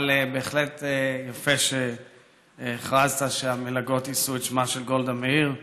אבל בהחלט יפה שהכרזת שהמלגות יישאו את שמה של גולדה מאיר,